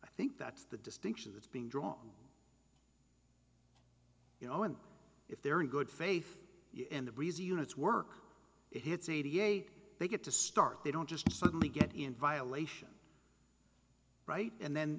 i think that's the distinction that's being drawn you know and if they're in good faith in the breezy units work it hits eighty eight they get to start they don't just suddenly get in violation right and then